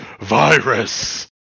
virus